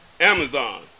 Amazon